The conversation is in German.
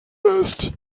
ist